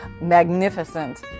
magnificent